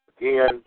again